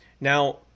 Now